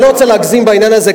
אני לא רוצה להגזים בעניין הזה,